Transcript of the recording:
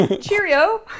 Cheerio